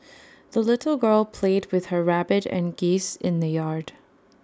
the little girl played with her rabbit and geese in the yard